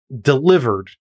delivered